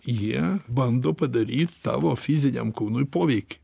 jie bando padaryt savo fiziniam kūnui poveikį